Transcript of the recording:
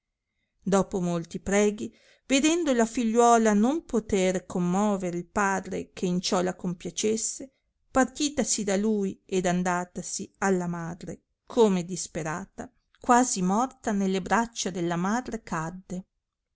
dopo molti preghi vedendo la figliuola non poter commovere il padre che in ciò la compiacesse partitasi da lui ed andatasi alla madre come disperata quasi morta nelle braccia della madre cadde